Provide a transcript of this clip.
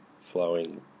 flowing